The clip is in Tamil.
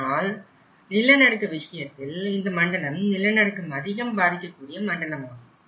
ஆனால் நிலநடுக்க விஷயத்தில் இந்த மண்டலம் நிலநடுக்கம் அதிகம் பாதிக்கக்கூடிய மண்டலமாகும்